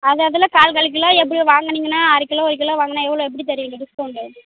அது அதில் கால் கால் கிலோ எப்படி வாங்குனீங்கனா அரை கிலோ ஒரு கிலோ வாங்கினா எவ்வளோ எப்படி தருவீங்க டிஸ்கவுண்டு